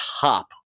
top